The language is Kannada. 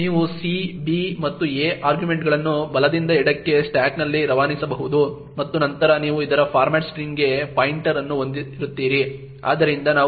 ನೀವು c b ಮತ್ತು a ಆರ್ಗ್ಯುಮೆಂಟ್ಗಳನ್ನು ಬಲದಿಂದ ಎಡಕ್ಕೆ ಸ್ಟಾಕ್ನಲ್ಲಿ ರವಾನಿಸಬಹುದು ಮತ್ತು ನಂತರ ನೀವು ಇದರ ಫಾರ್ಮ್ಯಾಟ್ ಸ್ಟ್ರಿಂಗ್ಗೆ ಪಾಯಿಂಟರ್ ಅನ್ನು ಹೊಂದಿರುತ್ತೀರಿ ಆದ್ದರಿಂದ ನಾವು ಹೊಂದಿದ್ದೇವೆ